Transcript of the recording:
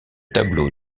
tableau